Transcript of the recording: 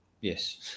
yes